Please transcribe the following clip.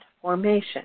formation